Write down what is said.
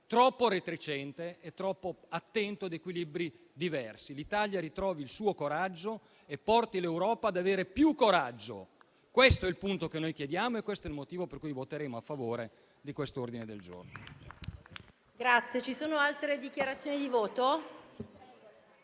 questi mesi e troppo attento a equilibri diversi. L'Italia ritrovi il suo coraggio e porti l'Europa ad averne di più. Questo è quanto chiediamo e il motivo per cui voteremo a favore di quest'ordine del giorno.